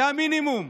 זה המינימום.